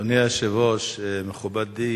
אדוני היושב-ראש, מכובדי